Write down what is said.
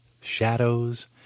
shadows